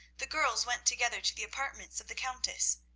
the girls went together to the apartments of the countess.